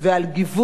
כמובן,